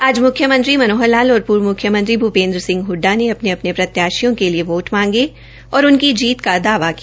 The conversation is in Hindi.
आध म्ख्यमंत्री मनोहर लाल और पूर्व म्रख्यमंत्री भूपेन्द्र सिंह हड्डा ने अपने अपने प्रत्याशियों के लिए वोट मांगे और उनकी श्रीत का दावा किया